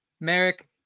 Merrick